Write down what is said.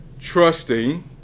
trusting